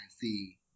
see